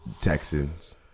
Texans